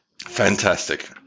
Fantastic